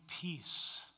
peace